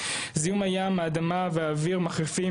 זיהום הים האדמה והאוויר מחריפים,